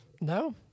no